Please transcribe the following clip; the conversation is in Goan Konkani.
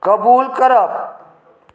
कबूल करप